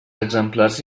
exemplars